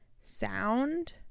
Sound